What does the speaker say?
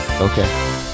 Okay